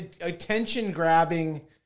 attention-grabbing